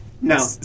No